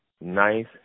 Nice